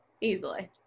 Easily